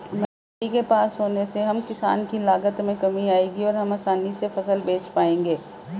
मंडी के पास होने से हम किसान की लागत में कमी आएगी और हम आसानी से फसल बेच पाएंगे